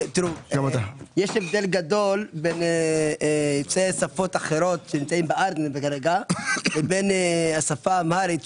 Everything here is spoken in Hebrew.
יש הבדל גדול בין יוצאי שפות אחרות שנמצאים בארץ לבין השפה האמהרית.